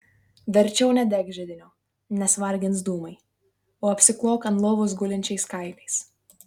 verčiau nedek židinio nes vargins dūmai o apsiklok ant lovos gulinčiais kailiais